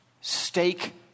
Stake